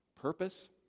Purpose